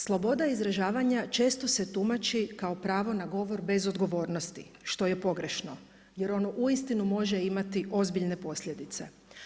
Sloboda izražavanja često se tumači kao pravo na govor bez odgovornosti što je pogrešno jer ono uistinu može imati ozbiljne posljedice.